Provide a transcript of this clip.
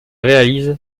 réalise